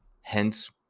Hence